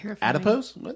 Adipose